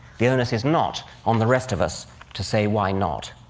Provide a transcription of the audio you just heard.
the onus is not on the rest of us to say why not.